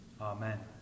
amen